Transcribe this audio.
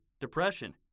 depression